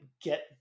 get